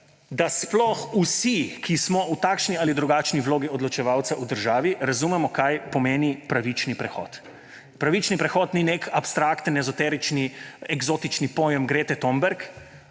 da sploh vsi, ki smo v takšni ali drugačni vlogi odločevalcev v državi, razumemo, kaj pomeni pravični prehod. Pravični prehod ni nek abstrakten, ezoterični, eksotični pojem Grete Thunberg,